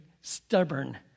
stubborn